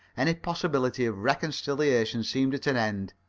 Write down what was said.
any possibility of reconciliation seemed at an end.